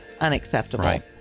unacceptable